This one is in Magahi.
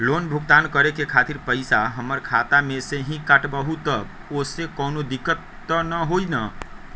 लोन भुगतान करे के खातिर पैसा हमर खाता में से ही काटबहु त ओसे कौनो दिक्कत त न होई न?